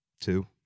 two